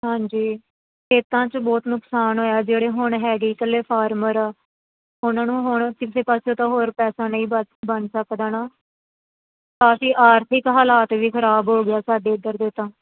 ਹਾਂਜੀ ਖੇਤਾਂ 'ਚ ਬਹੁਤ ਨੁਕਸਾਨ ਹੋਇਆ ਜਿਹੜੇ ਹੁਣ ਹੈਗੇ ਇਕੱਲੇ ਫਾਰਮਰ ਆ ਉਹਨਾਂ ਨੂੰ ਹੁਣ ਕਿਸੇ ਪਾਸੇ ਤਾਂ ਹੋਰ ਪੈਸਾ ਨਹੀਂ ਬਚ ਬਣ ਸਕਦਾ ਨਾ ਕਾਫੀ ਆਰਥਿਕ ਹਾਲਾਤ ਵੀ ਖ਼ਰਾਬ ਹੋ ਗਿਆ ਸਾਡੇ ਇੱਧਰ ਦੇ ਤਾਂ